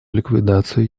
ликвидацию